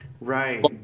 Right